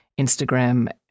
Instagram